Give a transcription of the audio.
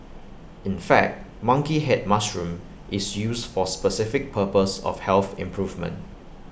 in fact monkey Head mushroom is used for specific purpose of health improvement